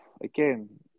Again